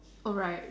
alright